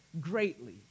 greatly